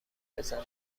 بزنن